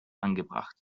angebracht